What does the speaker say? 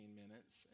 minutes